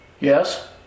Yes